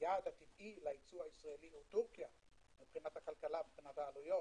היעד הטבעי לייצוא הישראלי הוא טורקיה מבחינת הכלכלה והעלויות,